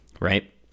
right